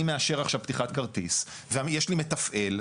מאשר עכשיו פתיחת כרטיס ויש לי מתפעל.